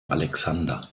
alexander